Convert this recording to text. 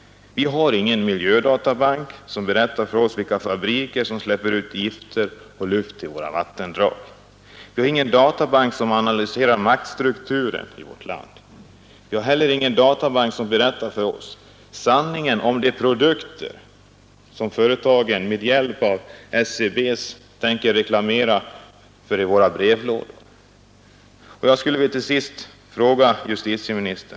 Vi har ingen miljödatabank, som berättar för oss vilka fabriker som släpper ut gift i våra vattendrag eller skämd luft. Vi har ingen databank som analyserar maktstrukturen i vårt land. Vi har inte heller någon databank som berättar för oss sanningen om de produkter som företagen med hjälp av SCB tänker reklamera för i våra brevlådor.